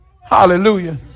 hallelujah